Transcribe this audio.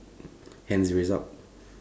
hands raised up